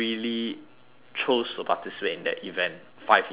chose to participate in that event five years later